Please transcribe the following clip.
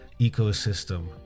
ecosystem